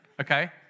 Okay